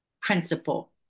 Principle